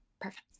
Perfect